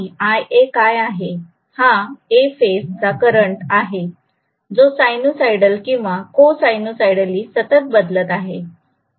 हा A phase चा current आहे जो सायनोसोईडल किंवा को सायनोसोईडली सतत बदलत आहे